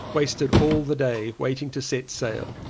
wasted all the day waiting to set sail.